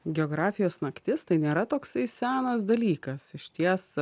geografijos naktis tai nėra toksai senas dalykas išties